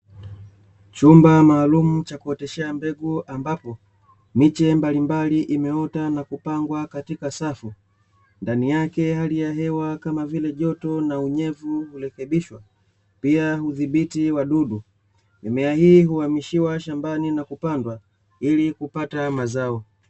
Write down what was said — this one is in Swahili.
Chumba maalumu cha kuoteshea mbegu, ambapo miche mbalimbali imeota na kupangwa katika safu, ndani yake hali ya hewa kama vile joto na unyevu hurekebishwa, pia hudhibiti wadudu, mimea hii huhamishiwa shambani na kupandwa ili kupata mazao.